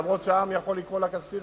למרות שהעם יכול לקרוא לה "קסטינה",